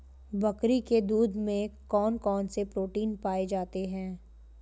बकरी के दूध में कौन कौनसे प्रोटीन पाए जाते हैं?